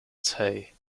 tay